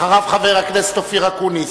אחריו, חבר הכנסת אופיר אקוניס.